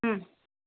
हम्म